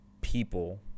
people